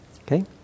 Okay